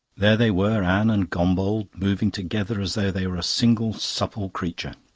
there they were, anne and gombauld, moving together as though they were a single supple creature.